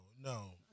No